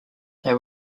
they